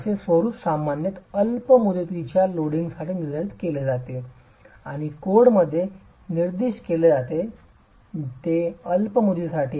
असे स्वरूप सामान्यत अल्प मुदतीच्या लोडिंगसाठी निर्धारित केले जाते आणि कोडमध्ये निर्दिष्ट केले जाते ते अल्प मुदतीसाठी आहे